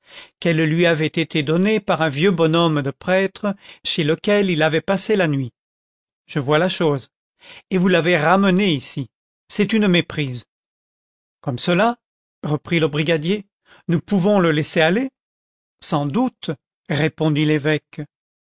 qu'elle lui avait été donnée par un vieux bonhomme de prêtre chez lequel il avait passé la nuit je vois la chose et vous l'avez ramené ici c'est une méprise comme cela reprit le brigadier nous pouvons le laisser aller sans doute répondit l'évêque